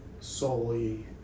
solely